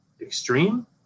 Extreme